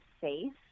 safe